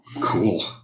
Cool